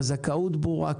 הזכאות ברורה,